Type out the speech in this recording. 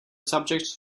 subjects